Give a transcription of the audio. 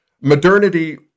modernity